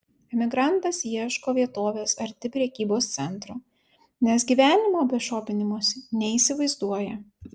emigrantas ieško vietovės arti prekybos centro nes gyvenimo be šopinimosi neįsivaizduoja